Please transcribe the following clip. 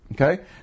Okay